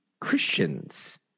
Christians